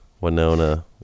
Winona